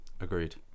Agreed